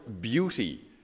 beauty